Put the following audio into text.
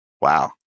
Wow